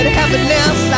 happiness